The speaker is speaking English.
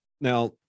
now